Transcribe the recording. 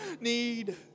need